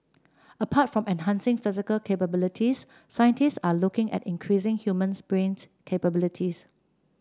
apart from enhancing physical capabilities scientists are looking at increasing human's brain capabilities